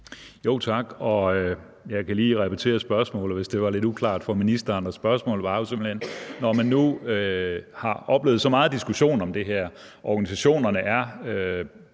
Tak. Jeg kan lige repetere spørgsmålet, hvis det var lidt uklart for ministeren. Spørgsmålet var simpelt hen: Når man nu har oplevet så meget diskussion om det her og organisationerne er